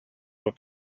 were